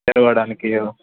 తేవడానికి